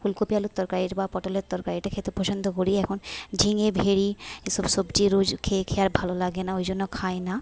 ফুলকপি আলুর তরকারির বা পটলের তরকারিটা খেতে পছন্দ করি এখন ঝিঙে ভেড়ি এসব সবজি রোজ খেয়ে খেয়ে আর ভালো লাগে না ওই জন্য খাই না